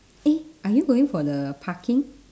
eh are you going for the parking